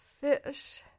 fish